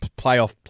playoff